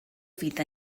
fydd